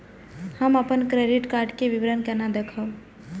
हम अपन credit card के विवरण केना देखब?